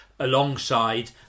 alongside